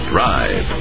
Drive